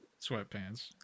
sweatpants